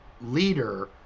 leader